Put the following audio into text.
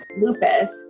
lupus